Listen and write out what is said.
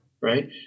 right